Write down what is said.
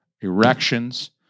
erections